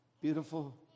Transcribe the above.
Beautiful